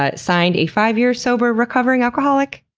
ah signed, a five-year sober recovering alcoholic.